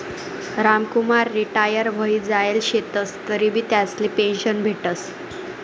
Ramkumar retire व्हयी जायेल शेतंस तरीबी त्यासले पेंशन भेटस